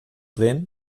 drehen